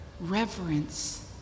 reverence